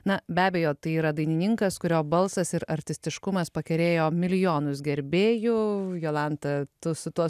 na be abejo tai yra dainininkas kurio balsas ir artistiškumas pakerėjo milijonus gerbėjų jolanta tu su tuo